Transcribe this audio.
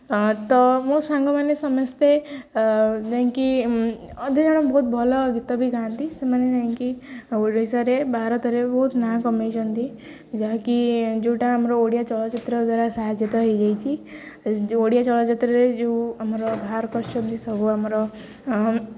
ତ ମୋ ସାଙ୍ଗମାନେ ସମସ୍ତେ ଯାଇକି ଅଧେ ଜଣେ ବହୁତ ଭଲ ଗୀତ ବି ଗାଆନ୍ତି ସେମାନେ ଯାଇକି ଓଡ଼ିଶାରେ ଭାରତରେ ବହୁତ ନାଁ କମେଇଛନ୍ତି ଯାହାକି ଯେଉଁଟା ଆମର ଓଡ଼ିଆ ଚଳଚ୍ଚିତ୍ର ଦ୍ୱାରା ସାହାଯ୍ୟ ତ ହୋଇଯାଇଛି ଯେଉଁ ଓଡ଼ିଆ ଚଳଚ୍ଚିତ୍ରରେ ଯେଉଁ ଆମର ବାହାର କରଛନ୍ତି ସବୁ ଆମର